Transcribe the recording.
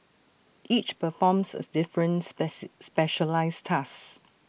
each performs A different spice specialised task